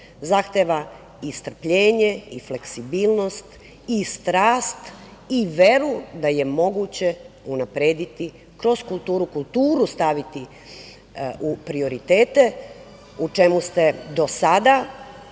Zahteva i strpljenje i fleksibilnost i strast i veru da je moguće unaprediti kroz kulturu, kulturu staviti u prioritete, u čemu ste do sada